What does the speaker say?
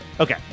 okay